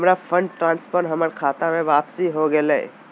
हमर fund transfer हमर खता में वापसी हो गेलय